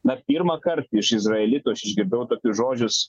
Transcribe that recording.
na pirmąkart iš izraelito aš išgirdau tokius žodžius